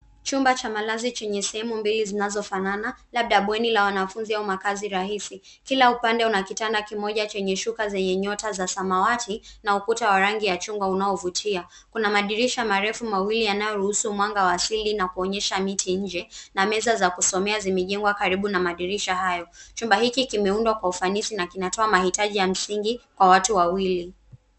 Chumba cha malazi chenye sehemu mbili zinazofanana labda bweni la wanafunzi au makazi rahisi. Kila upande una kitanda kimoja chenye shuka zenye nyota za samawati na ukuta wa rangi ya chungwa unaovutia. Kuna madirisha marefu mawili yanayoruhusu mwanga wa asili na kuonyesha miti nje na meza za kusomea zimejengwa karibu na madirisha hayo. Chumba hiki kimeundwa kwa ufanisi na kinatoa mahitaji ya msingi kwa watu wawili.